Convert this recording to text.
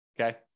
Okay